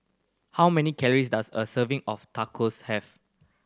how many calories does a serving of Tacos have